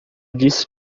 disse